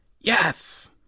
Yes